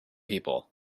people